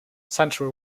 central